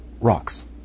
rocks